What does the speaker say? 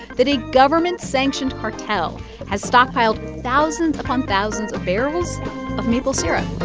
that a government-sanctioned cartel has stockpiled thousands upon thousands of barrels of maple syrup